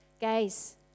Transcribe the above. guys